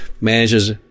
manages